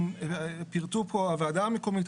פירטו פה הוועדה המקומית,